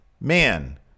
man